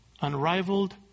unrivaled